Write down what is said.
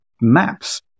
maps